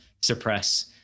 suppress